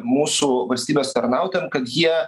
mūsų valstybės tarnautojam kad jie